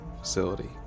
facility